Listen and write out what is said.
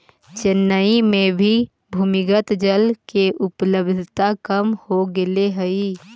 चेन्नई में भी भूमिगत जल के उपलब्धता कम हो गेले हई